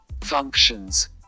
functions